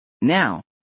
Now